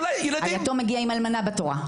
היתום מגיע עם אלמנה בתורה.